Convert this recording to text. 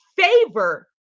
favor